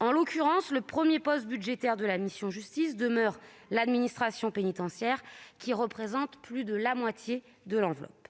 En l'occurrence, le premier poste budgétaire de la mission « Justice » demeure l'administration pénitentiaire, dont les crédits représentent plus de la moitié de l'enveloppe.